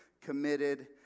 committed